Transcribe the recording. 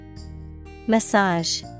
Massage